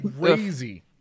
Crazy